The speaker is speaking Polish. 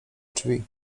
drzwi